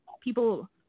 people